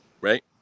Right